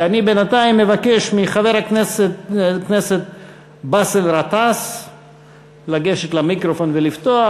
ואני בינתיים מבקש מחבר הכנסת באסל גטאס לגשת למיקרופון ולפתוח,